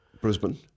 Brisbane